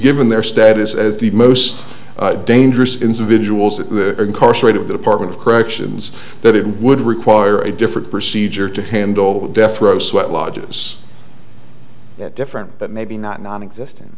given their status as the most dangerous individuals that are incarcerated the department of corrections that it would require a different procedure to handle death row sweat lodges different but maybe not nonexistent